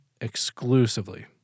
exclusively